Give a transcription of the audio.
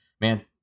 man